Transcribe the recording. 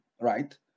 right